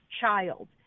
child